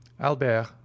albert